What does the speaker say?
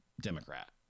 Democrat